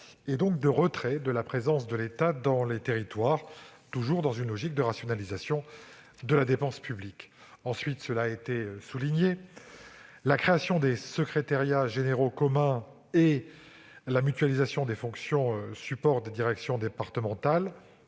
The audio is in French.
et donc de retrait de la présence de l'État dans les territoires, dans une logique de rationalisation de la dépense publique. La création des secrétariats généraux communs et la mutualisation des fonctions supports des directions départementales